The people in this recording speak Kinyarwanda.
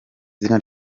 izina